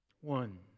One